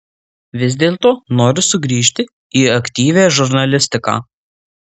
vis dėlto noriu sugrįžti į aktyvią žurnalistiką